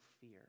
fear